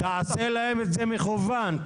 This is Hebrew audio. תעשה להם את זה מקוון,